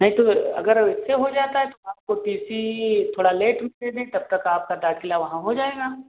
नहीं तो अगर ऐसे हो जाता है तो आपको टी सी थोड़ा लेट में दे दें तब तक आपका दाखिला वहाँ हो जाएगा